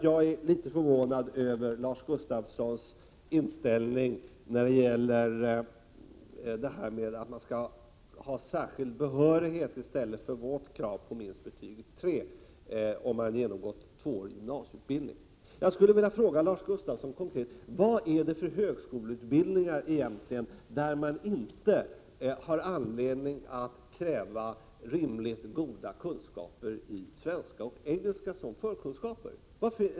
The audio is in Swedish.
Jag är litet förvånad över Lars Gustafssons inställning, att särskild behörighet skall gälla i stället för vårt krav på minst betyget 3 för den som har genomgått tvåårig gymnasieutbildning. Jag skulle konkret vilja fråga Lars Gustafsson: I vilka högskoleutbildningar har man inte anledning att kräva rimligt goda förkunskaper i svenska och engelska?